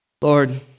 Lord